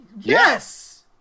Yes